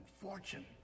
fortune